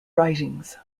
writings